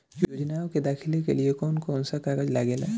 योजनाओ के दाखिले के लिए कौउन कौउन सा कागज लगेला?